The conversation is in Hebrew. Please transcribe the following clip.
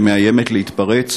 שמאיימת להתפרץ,